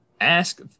ask